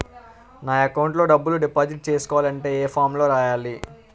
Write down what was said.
నా అకౌంట్ లో డబ్బులు డిపాజిట్ చేసుకోవాలంటే ఏ ఫామ్ లో రాయాలి?